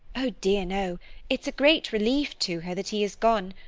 oh dear, no it's a great relief to her that he is gone.